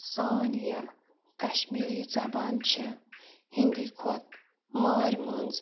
سٲنۍ یہِ کَشمیٖری زبان چھِ ہِنٛدی کھۄتہٕ مٲرۍ مٔنٛز